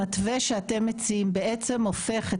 המתווה שאתם מציעים בעצם הופך את